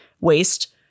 waste